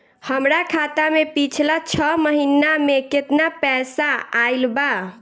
हमरा खाता मे पिछला छह महीना मे केतना पैसा आईल बा?